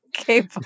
Okay